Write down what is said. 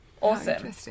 Awesome